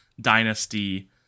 dynasty